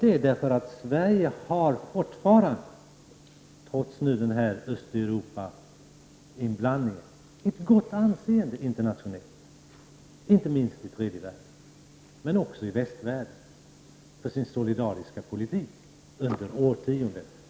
Jo, därför att Sverige har fortfarande — trots denna Östeuropainblandning - ett gott anseende internationellt, inte minst i tredje världen men också i västvärlden, för sin solidaritet med de fattiga och förtryckta under årtionden.